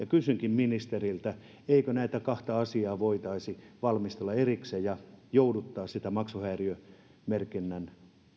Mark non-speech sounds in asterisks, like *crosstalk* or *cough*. *unintelligible* kysynkin ministeriltä eikö näitä kahta asiaa voitaisi valmistella erikseen ja jouduttaa sitä maksuhäiriömerkinnän